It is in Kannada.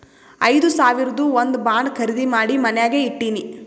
ಐದು ಸಾವಿರದು ಒಂದ್ ಬಾಂಡ್ ಖರ್ದಿ ಮಾಡಿ ಮನ್ಯಾಗೆ ಇಟ್ಟಿನಿ